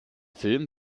film